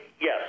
yes